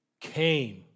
came